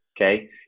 Okay